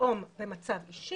לאום ומצב אישי,